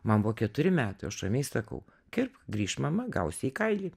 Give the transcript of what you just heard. man buvo keturi metai o aš ramiai sakau kirpk grįš mama gausi į kailį